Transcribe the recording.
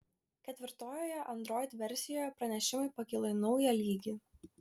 ketvirtojoje android versijoje pranešimai pakilo į naują lygį